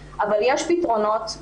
אבל יש פתרונות,